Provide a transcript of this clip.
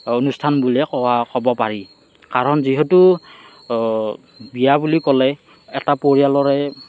অনুষ্ঠান বুলিয়ে কোৱা ক'ব পাৰি কাৰণ যিহেতু বিয়া বুলি ক'লে এটা পৰিয়ালৰে